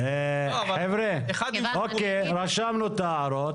חבר'ה, אוקיי, רשמנו את ההערות.